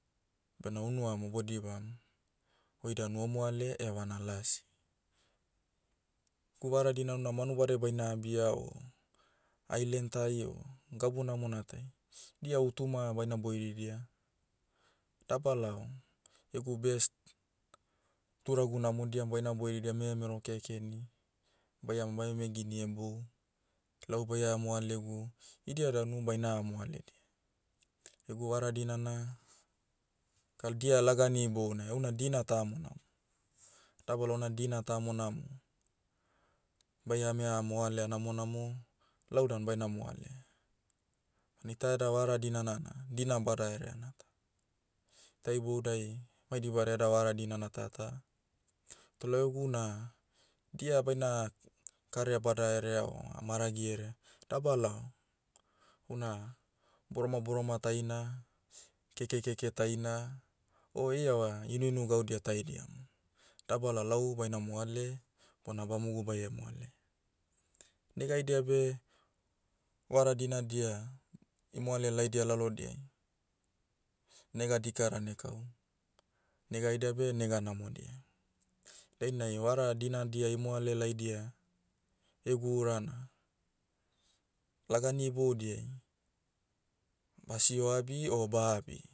Bena unu amo bodibam, oi dan omoale evana lasi. Gu vara dina una manubadai baina abia o, ailen tai o, gabu namona tai. Dia hutuma baina boiridia, dabalao, egu best, turagu namodia baina boiridia memero kekeni, baiama baiame gini hebou, lau baiea moalegu, idia danu baina hamoaledia. Egu vara dinana, kal dia lagani ibounai houna dina tamona mo. Dabalao una dina tamona mo, baiame ha moalea namonamo, lau dan baina moale. Ban ita eda vara dinana na, dina badahereana ta. Ta iboudai, mai dibada eda vara dinana tata, toh lau egu na, dia baina, karea badaherea o amaragi herea, dabalao, una, boroma boroma taina, keke keke taina, o iava, inuinu gaudia taidia mo. Dabalao lau baina moale, bona bamogu baie moale. Nega haidia beh, vara dinadia, imoale laidia lalodiai, nega dika dan ekaum. Nega haidia beh nega namodia. Dainai vara dina dia imoale laidia, egu ura na, lagani iboudiai, basio abi o ba abi.